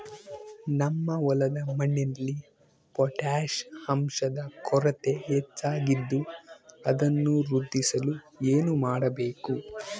ನಮ್ಮ ಹೊಲದ ಮಣ್ಣಿನಲ್ಲಿ ಪೊಟ್ಯಾಷ್ ಅಂಶದ ಕೊರತೆ ಹೆಚ್ಚಾಗಿದ್ದು ಅದನ್ನು ವೃದ್ಧಿಸಲು ಏನು ಮಾಡಬೇಕು?